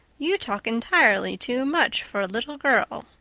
you talk entirely too much for a little girl.